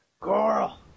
Girl